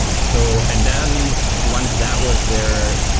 so and then once that was there,